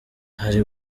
hari